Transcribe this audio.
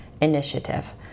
initiative